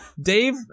Dave